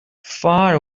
far